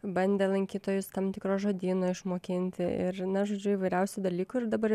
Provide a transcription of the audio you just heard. bandė lankytojus tam tikro žodyno išmokinti ir na žodžiu įvairiausių dalykų ir dabar